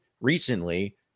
recently